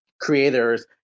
creators